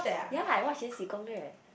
ya I watch Yan Xi Gong Lve